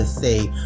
say